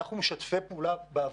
אנחנו משתפים פעולה בעבודה,